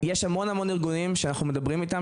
המון ארגונים שאנחנו מדברים איתם